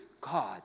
God